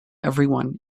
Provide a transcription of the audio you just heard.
everyone